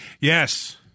Yes